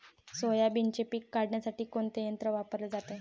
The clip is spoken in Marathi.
सोयाबीनचे पीक काढण्यासाठी कोणते यंत्र वापरले जाते?